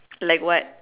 like what